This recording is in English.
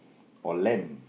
or lamb